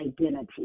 identity